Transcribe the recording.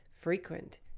frequent